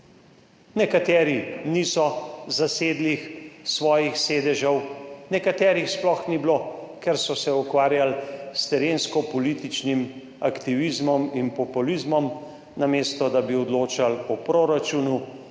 Nekateri niso zasedli svojih sedežev, nekaterih sploh ni bilo, ker so se ukvarjali s terenskim političnim aktivizmom in populizmom, namesto, da bi odločali o proračunu,